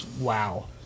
wow